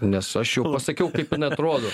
nes aš jau pasakiau kaip jin atrodo